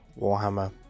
Warhammer